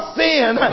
sin